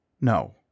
No